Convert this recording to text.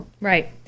Right